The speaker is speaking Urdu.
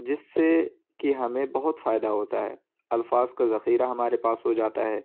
جس سے کہ ہمیں بہت فائدہ ہوتا ہے الفاظ کا ذخیرہ ہمارے پاس ہو جاتا ہے